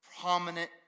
prominent